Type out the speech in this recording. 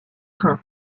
rhin